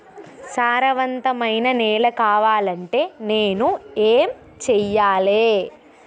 సారవంతమైన నేల కావాలంటే నేను ఏం చెయ్యాలే?